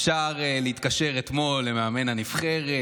אפשר להתקשר אתמול למאמן הנבחרת,